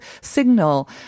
signal